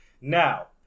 Now